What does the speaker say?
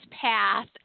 path